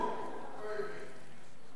אוי ויי.